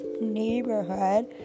neighborhood